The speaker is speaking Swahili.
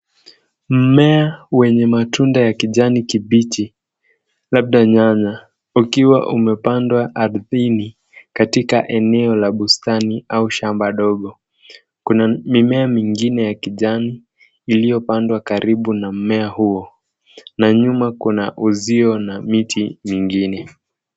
Mmea wenye matunda ya kijani kibichi labda nyanya ukiwa umepandwa ardhini katika eneo la bustani au shamba Digo. Kuna mimea mingine ya kijani iliyopanadwa karibu na mimea huo na nyuma kuna uzio na miti mingine.